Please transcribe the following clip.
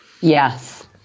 Yes